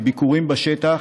מביקורים בשטח,